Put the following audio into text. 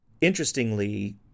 Interestingly